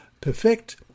perfect